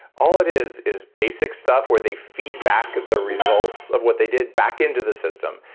all it is, is basic stuff where they feedback the results of what they did back into the system,